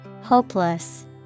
Hopeless